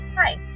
Hi